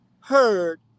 heard